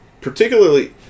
particularly